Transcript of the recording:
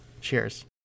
Cheers